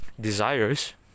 desires